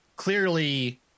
Clearly